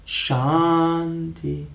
shanti